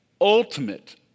ultimate